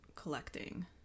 Collecting